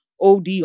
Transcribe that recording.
OD